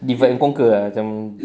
give them conquer ah macam